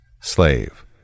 Slave